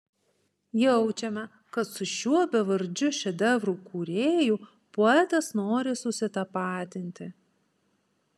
jaučiame kad su šiuo bevardžiu šedevrų kūrėju poetas nori susitapatinti